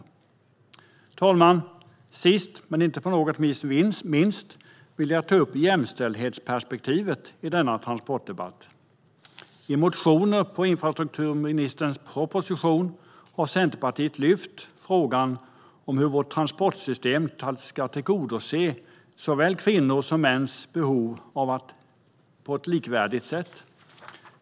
Herr talman! Sist, men inte på något vis minst, vill jag ta upp jämställdhetsperspektivet i denna transportdebatt. I motioner med anledning av infrastrukturministerns proposition har Centerpartiet lyft fram frågan om hur vårt transportsystem ska tillgodose såväl kvinnors som mäns behov på ett likvärdigt sätt.